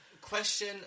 Question